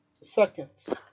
seconds